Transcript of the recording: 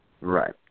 right